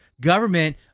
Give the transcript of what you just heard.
government